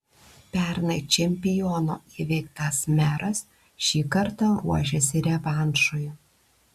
pernai čempiono įveiktas meras šį kartą ruošiasi revanšui